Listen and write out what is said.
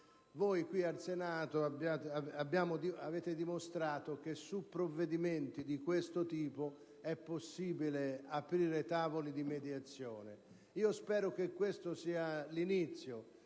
voi, qui in Senato, avete dimostrato che su provvedimenti di questo tipo è possibile aprire tavoli di mediazione. Spero che questo sia l'inizio